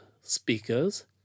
speakers